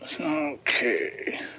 Okay